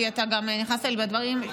כי אתה גם נכנסת לי בדברים.